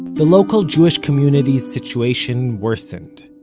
the local jewish community's situation worsened.